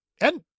And-